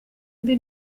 mbi